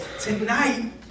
Tonight